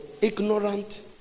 ignorant